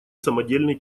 самодельный